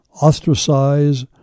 ostracize